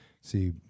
see